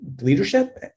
leadership